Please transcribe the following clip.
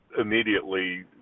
immediately